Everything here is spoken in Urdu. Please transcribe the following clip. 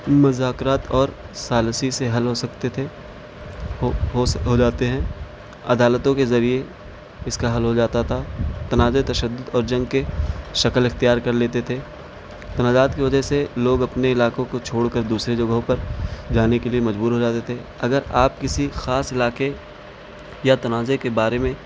مذاکرات اور ثالثی سے حل ہو سکتے تھے ہو جاتے ہیں عدالتوں کے ذریعے اس کا حل ہو جاتا تھا تنازعہ تشدد اور جنگ کے شکل اختیار کر لیتے تھے تنازعات کی وجہ سے لوگ اپنے علاقوں کو چھوڑ کر دوسرے جگہوں پر جانے کے لیے مجبور ہو جاتے تھے اگر آپ کسی خاص علاقے یا تنازعہ کے بارے میں